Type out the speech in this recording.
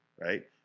right